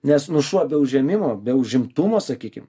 nes nu šuo be užėmimo be užimtumo sakykim